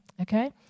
okay